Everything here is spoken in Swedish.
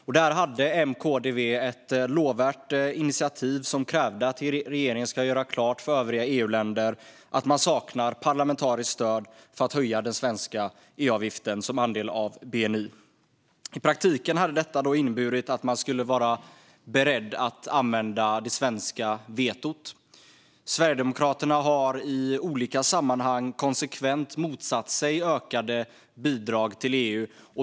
I utskottet tog M, KD och V ett lovvärt initiativ och krävde att regeringen ska göra klart för övriga EU-länder att det saknas parlamentariskt stöd för att höja den svenska EU-avgiften, som andel av bni. Det skulle i praktiken innebära att regeringen skulle vara beredd att använda det svenska vetot. Sverigedemokraterna har i olika sammanhang konsekvent motsatt sig ökade bidrag till EU.